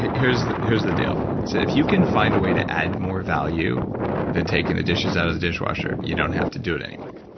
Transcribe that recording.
here's here's the deal. so if you can find a way to add more value than taking the dishes out of the dishwasher, you don't have to do it anymore.